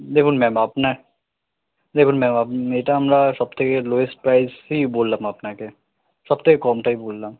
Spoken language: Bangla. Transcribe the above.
দেখুন ম্যাম আপনার দেখুন ম্যাম আপ এটা আমরা সব থেকে লোয়েস্ট প্রাইসই বললাম আপনাকে সব থেকে কমটাই বললাম